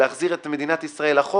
להחזיר את מדינת ישראל אחורה,